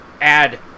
add